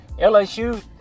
LSU